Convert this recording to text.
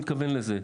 אני מתכוון לזה.